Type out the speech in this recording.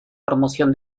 promoción